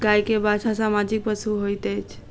गाय के बाछा सामाजिक पशु होइत अछि